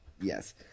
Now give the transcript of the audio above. Yes